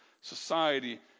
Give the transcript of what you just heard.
society